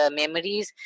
memories